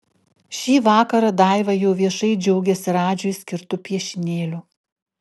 šį vakarą daiva jau viešai džiaugiasi radžiui skirtu piešinėliu